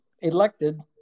elected